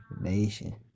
nation